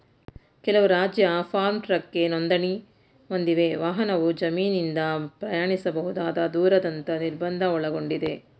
ಕೆಲವು ರಾಜ್ಯ ಫಾರ್ಮ್ ಟ್ರಕ್ಗೆ ನೋಂದಣಿ ಹೊಂದಿವೆ ವಾಹನವು ಜಮೀನಿಂದ ಪ್ರಯಾಣಿಸಬಹುದಾದ ದೂರದಂತ ನಿರ್ಬಂಧ ಒಳಗೊಂಡಿದೆ